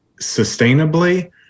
sustainably